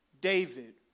David